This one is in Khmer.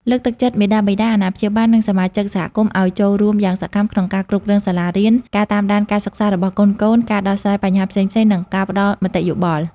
លើកទឹកចិត្តមាតាបិតា អាណាព្យាបាល និងសមាជិកសហគមន៍ឱ្យចូលរួមយ៉ាងសកម្មក្នុងការគ្រប់គ្រងសាលារៀន ការតាមដានការសិក្សារបស់កូនៗ ការដោះស្រាយបញ្ហាផ្សេងៗ និងការផ្តល់មតិយោបល់។